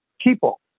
people